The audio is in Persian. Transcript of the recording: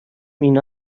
اینا